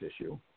issue